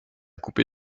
coupé